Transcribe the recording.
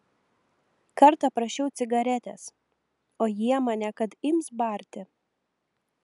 kartą prašiau cigaretės o jie mane kad ims barti